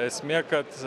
esmė kad